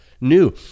new